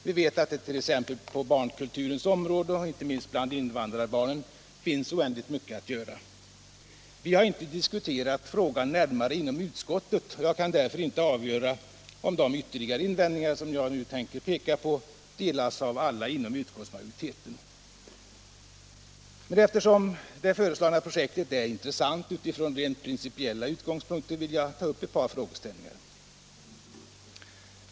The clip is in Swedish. Vi vet att det t.ex. på barnkulturens område, inte minst bland invandrarbarnen, finns oändligt mycket att göra. Vi har inte diskuterat frågan närmare i utskottet och jag kan därför inte avgöra, om de ytterligare invändningar som jag tänker peka på delas av alla inom utskottsmajoriteten. Men eftersom det föreslagna projektet är intressant utifrån rent principiella utgångspunkter vill jag ta upp ett par frågeställningar.